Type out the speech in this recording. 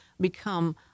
become